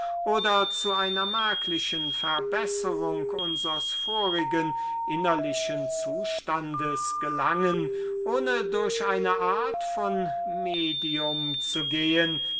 oder zu einer merklichen verbesserung unsers vorigen innerlichen zustandes gelangen ohne durch eine art von medium zu gehen